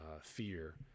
fear